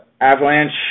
Avalanche